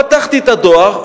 פתחתי את הדואר,